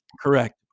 Correct